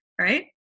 right